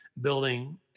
building